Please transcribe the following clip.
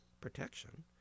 protection